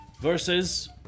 versus